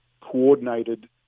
coordinated